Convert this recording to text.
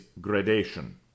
gradation